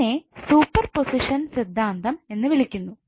ഇതിനെ സൂപ്പർപോസിഷൻ സിദ്ധാന്തം എന്ന് വിളിക്കുന്നു